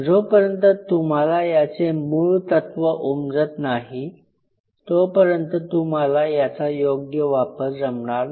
जोपर्यंत तुम्हाला याचे मूळ तत्व उमजत नाही तोपर्यंत तुम्हाला याचा योग्य वापर जमणार नाही